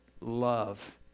love